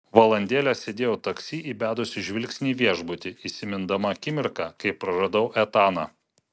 valandėlę sėdėjau taksi įbedusi žvilgsnį į viešbutį įsimindama akimirką kai praradau etaną